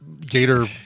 Gator